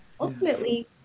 Ultimately